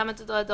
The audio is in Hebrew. גם את הדחוף,